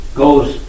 goes